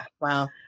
wow